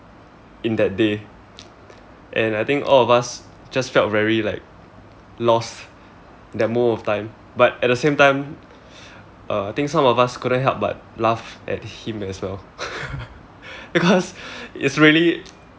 in that day and I think all of us just felt like very lost that moment of time but at the same time uh I think some of us couldn't help but laugh at him as well because it's really